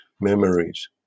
Memories